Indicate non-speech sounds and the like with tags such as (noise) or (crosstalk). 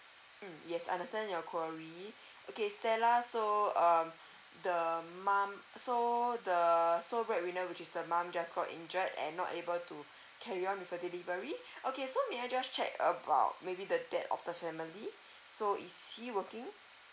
mm yes I understand your query (breath) okay stella so um the mom so the so regret we know which is the mum got injured and not able to carry on with a delivery okay so may I just check about maybe the dad of the family so is he working